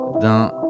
d'un